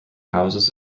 houses